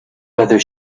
whether